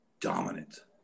dominant